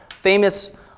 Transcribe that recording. famous